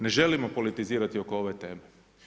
Ne želim politizirati oko ove teme.